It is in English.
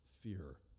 fear